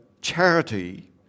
charity